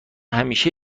همیشه